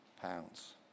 pounds